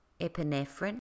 epinephrine